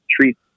treat